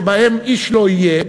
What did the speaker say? ואיש לא יהיה,